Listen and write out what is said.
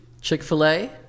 Chick-fil-A